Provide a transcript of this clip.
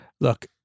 look